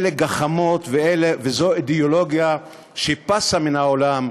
או: אלה גחמות וזו אידיאולוגיה שפסה מן העולם.